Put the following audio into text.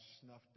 snuffed